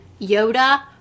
Yoda